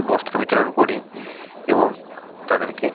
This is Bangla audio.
বস্ত্র বিতরণ করি এবং তাদেরকে